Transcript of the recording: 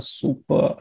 super